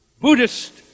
Buddhist